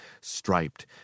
striped